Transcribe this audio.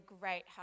great